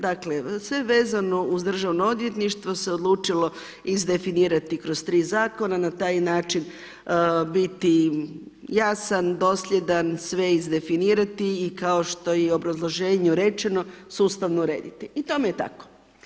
Dakle sve vezano uz državno odvjetništvo se odlučilo izdefinirati kroz tri zakona, na taj način biti jasan, dosljedan, sve izdefinirati i kao što je i u obrazloženju rečeno sustavno urediti i to vam je tako.